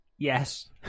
Yes